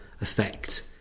effect